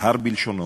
נזהר בלשונו,